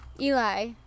Eli